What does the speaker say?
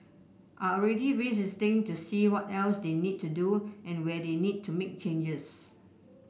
are already revisiting to see what else they need to do and where they need to make changes